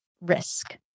risk